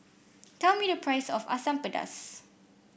tell me the price of Asam Pedas